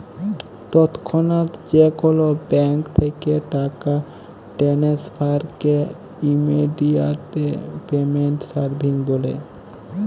তৎক্ষনাৎ যে কোলো ব্যাংক থ্যাকে টাকা টেনেসফারকে ইমেডিয়াতে পেমেন্ট সার্ভিস ব্যলে